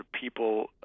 people